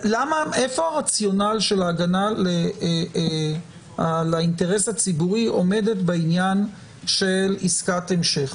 איפה הרציונל של הגנה על האינטרס הציבורי עומדת בעניין של עסקת המשך?